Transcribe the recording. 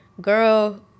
girl